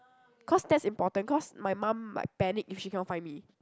cause that's important cause my mum like panic if she cannot find me